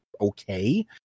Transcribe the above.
okay